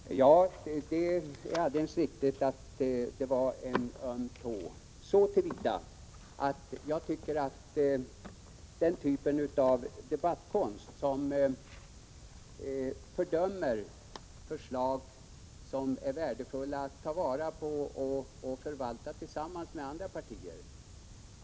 Herr talman! Det är alldeles riktigt att det var en öm tå. Jag begriper inte den typ av debattkonst som fördömer förslag som är värdefulla att ta vara på och förvalta tillsammans med andra partier.